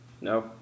No